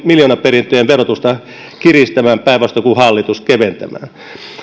miljoonaperintöjen verotusta kiristämään päinvastoin kuin hallitus joka on valmis keventämään